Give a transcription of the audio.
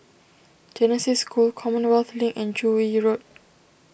Genesis School Commonwealth Link and Joo Yee Road